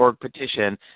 petition